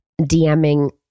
DMing